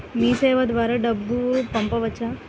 మీసేవ ద్వారా డబ్బు పంపవచ్చా?